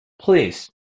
Please